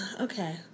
Okay